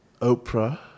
Oprah